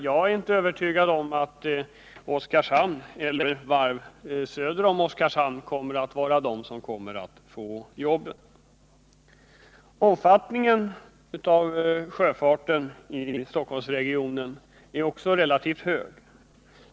Jag är inte övertygad om att Oskarshamn eller varv längre söderut kommer att få jobben. Sjöfartens omfattning i Stockholmsregionen är relativt stor.